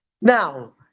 Now